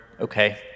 Okay